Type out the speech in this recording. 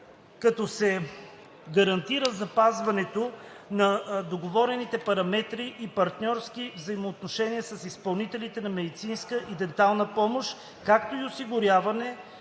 като се гарантира запазването на договорените параметри и партньорски взаимоотношения с изпълнителите на медицинска и дентална помощ, както и осигуряване